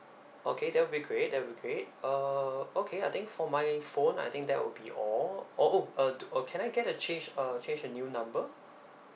okay that will be great that will be great uh okay I think for my phone I think that would be all uh oh uh do uh can I get a change uh change to new number